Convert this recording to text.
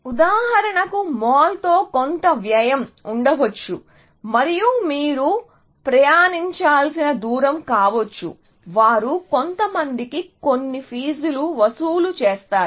ఉదాహరణకు మాల్తో కొంత వ్యయం ఉండవచ్చు మరియు మీరు ప్రయాణించాల్సిన దూరం కావచ్చు వారు కొంతమందికి కొన్ని ఫీజులు వసూలు చేస్తారు